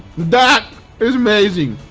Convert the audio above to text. that is amazing.